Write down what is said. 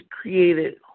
created